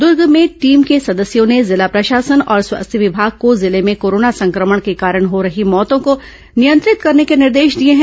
दुर्ग में टीम के सदस्यों ने जिला प्रशासन और स्वास्थ्य विमाग को जिले में कोरोना संक्रमण के कारण हो रही मौतों को नियंत्रित करने के निर्देश दिए हैं